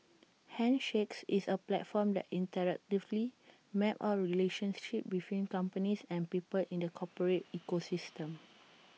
handshakes is A platform that interactively maps out relationships between companies and people in the corporate ecosystem